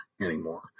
anymore